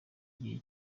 igihe